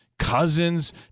cousins